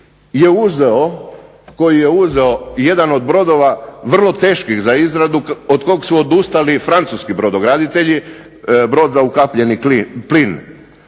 koji je uzeo jedan od brodova vrlo teških za izradu od kog su odustali francuski brodograditelji, brod za ukapljeni plin